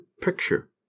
picture